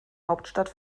hauptstadt